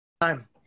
time